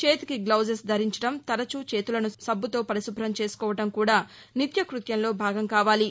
చేతికి గ్లొజెస్ ధరించడం తరచూ చేతులను సబ్బుతో పరిశు భ్రం చేసుకోవడం కూడా నిత్యకృత్యంలో భాగం కావాలి